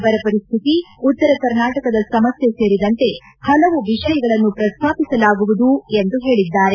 ಬರ ಪರಿಸ್ಥಿತಿ ಉತ್ತರ ಕರ್ನಾಟಕದ ಸಮಸ್ಯೆ ಸೇರಿದಂತೆ ಹಲವು ವಿಷಯಗಳನ್ನು ಪ್ರಸ್ತಾಪಿಸಲಾಗುವುದು ಎಂದು ಹೇಳಿದ್ದಾರೆ